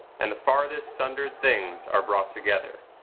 and the farthest sundered things are brought together,